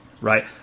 Right